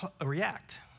react